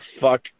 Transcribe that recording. fuck